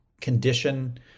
condition